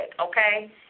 Okay